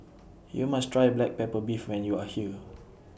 YOU must Try Black Pepper Beef when YOU Are here